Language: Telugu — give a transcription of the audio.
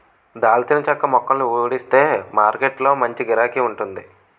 దాల్చిన చెక్క మొక్కలని ఊడిస్తే మారకొట్టులో మంచి గిరాకీ వుంటాది